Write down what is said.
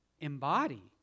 embody